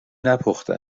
نپخته